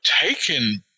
taken